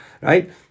right